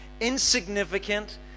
insignificant